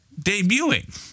debuting